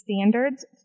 standards